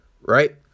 Right